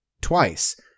Twice